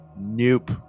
Nope